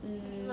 um